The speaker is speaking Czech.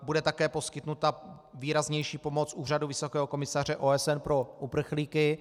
Bude také poskytnuta výraznější pomoc Úřadu vysokého komisaře OSN pro uprchlíky.